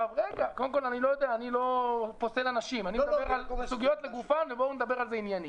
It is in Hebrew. אני מצטרף למה שאמר חבר הכנסת פינדרוס.